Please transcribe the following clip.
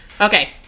Okay